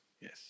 yes